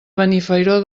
benifairó